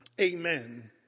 amen